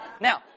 Now